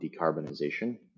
decarbonization